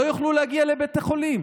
לא יוכלו להגיע לבית החולים.